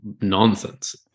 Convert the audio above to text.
nonsense